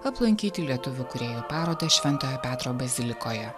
aplankyti lietuvių kūrėjų parodą šventojo petro bazilikoje